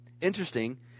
Interesting